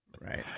right